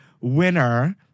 winner